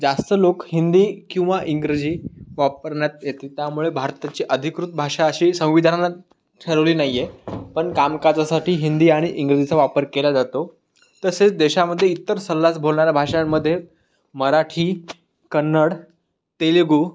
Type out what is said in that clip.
जास्त लोक हिंदी किंवा इंग्रजी वापरण्यात येती त्यामुळे भारताची अधिकृत भाषा अशी संविधानात ठरवली नाही आहे पण कामकाजासाठी हिंदी आणि इंग्रजीचा वापर केला जातो तसेच देशामध्ये इतर सररास बोलणारा भाषांमध्ये मराठी कन्नड तेलगु